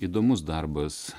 įdomus darbas